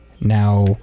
now